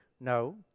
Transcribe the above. No